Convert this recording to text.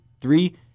three